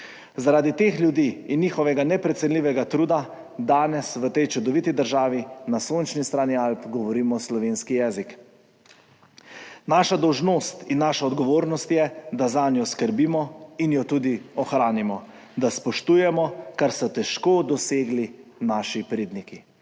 Zaradi teh ljudi in njihovega neprecenljivega truda danes v tej čudoviti državi na sončni strani Alp govorimo slovenski jezik. Naša dolžnost in naša odgovornost je, da zanjo skrbimo in jo tudi ohranimo, da spoštujemo, kar so težko dosegli naši predniki.